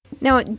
Now